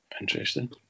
Interesting